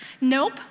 Nope